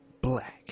black